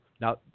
now